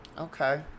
Okay